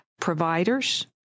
providers